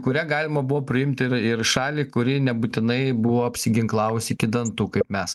kurią galima buvo priimti ir ir šalį kuri nebūtinai buvo apsiginklavusi iki dantų kaip mes